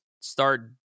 start